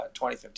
2015